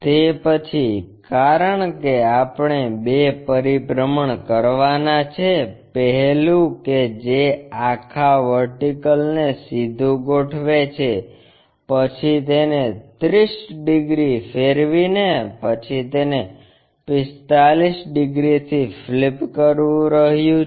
તે પછી કારણ કે આપણે બે પરિભ્રમણ કરવાના છે પહેલું કે જે આખા વર્ટિકલ ને સીધું ગોઠવે છે પછી તેને 30 ડિગ્રી ફેરવીને પછી તેને 45 ડિગ્રીથી ફ્લિપ કરવું રહ્યું છે